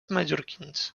mallorquins